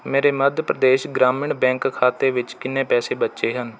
ਮੇਰੇ ਮੱਧ ਪ੍ਰਦੇਸ਼ ਗ੍ਰਾਮੀਣ ਬੈਂਕ ਖਾਤੇ ਵਿੱਚ ਕਿੰਨੇ ਪੈਸੇ ਬਚੇ ਹਨ